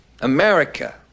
America